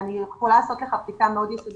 אני יכולה לעשות לך בדיקה מאוד יסודית.